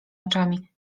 oczami